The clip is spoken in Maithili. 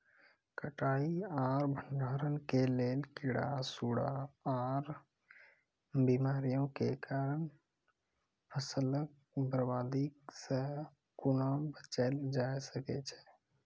कटाई आर भंडारण के लेल कीड़ा, सूड़ा आर बीमारियों के कारण फसलक बर्बादी सॅ कूना बचेल जाय सकै ये?